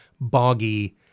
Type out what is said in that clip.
boggy